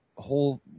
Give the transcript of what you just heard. whole